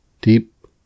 Deep